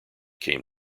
came